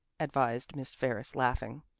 advised miss ferris, laughing.